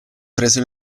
prese